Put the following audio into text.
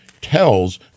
tells